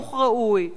לחינוך ראוי,